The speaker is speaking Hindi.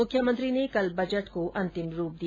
मुख्यमंत्री ने कल बजट को अंतिम रूप दिया